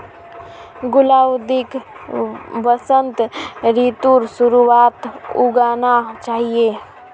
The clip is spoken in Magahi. गुलाउदीक वसंत ऋतुर शुरुआत्त उगाना चाहिऐ